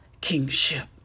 kingship